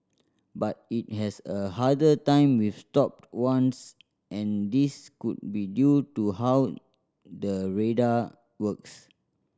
but it has a harder time with stopped ones and this could be due to how the radar works